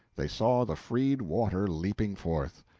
they saw the freed water leaping forth!